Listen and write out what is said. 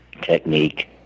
technique